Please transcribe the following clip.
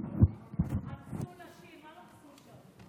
אנסו נשים, מה לא עשו שם,